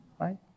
right